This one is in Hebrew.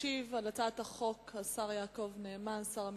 ישיב על הצעת החוק השר יעקב נאמן, שר המשפטים.